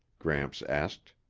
gramps asked.